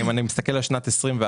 אם אני מסתכל על שנת 2021,